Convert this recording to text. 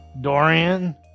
Dorian